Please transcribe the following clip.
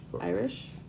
irish